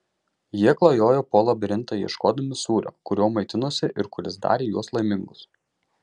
jie klajojo po labirintą ieškodami sūrio kuriuo maitinosi ir kuris darė juos laimingus